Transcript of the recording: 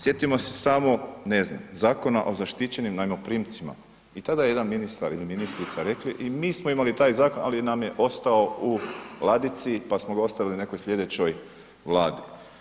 Sjetimo se samo, ne znam, Zakona o zaštićenim najmoprimcima, i tada je jedan ministar ili ministrica rekli i mi smo imali taj zakon, ali nam je ostao u ladici, pa smo ga ostavili nekoj slijedećoj Vladi.